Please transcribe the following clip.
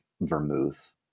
vermouth